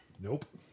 Nope